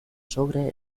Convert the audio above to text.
sobre